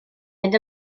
fynd